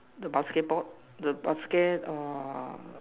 the basketball the basket or